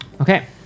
Okay